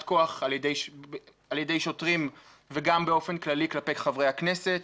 כוח על ידי שוטרים וגם באופן כללי כלפי חברי הכנסת.